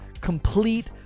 complete